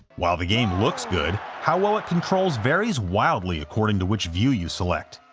while the game looks good, how well it controls varies wildly according to which view you select.